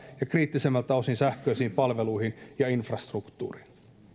ja kriittisemmiltä osin sähköisiin palveluihin ja infrastruktuuriin